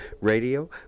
Radio